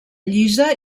llisa